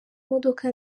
imodoka